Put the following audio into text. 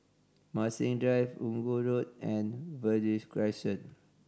Marsiling Drive Inggu Road and Verde Crescent